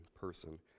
person